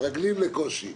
מתרגלים לקושי.